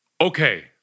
Okay